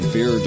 Fear